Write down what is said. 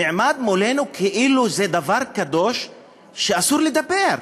נעמד מולנו כאילו זה דבר קדוש שאסור לדבר,